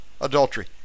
adultery